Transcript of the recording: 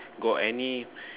got any